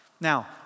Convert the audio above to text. Now